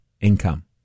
income